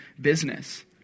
business